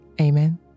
Amen